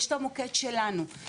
יש את המוקד שלנו,